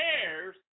cares